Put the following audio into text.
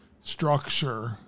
structure